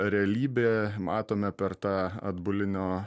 realybė matome per tą atbulinio